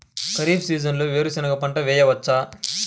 ఖరీఫ్ సీజన్లో వేరు శెనగ పంట వేయచ్చా?